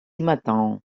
matin